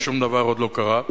ושום דבר עוד לא קרה.